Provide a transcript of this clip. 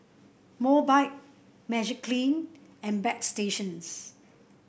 Mobike Magiclean and Bagstationz